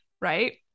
right